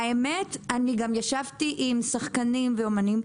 נפגשתי גם עם שחקנים ואומנים.